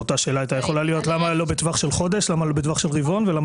אותה שאלה הייתה יכולה להיות למה לא בטווח של חודש או בטווח של רבעון.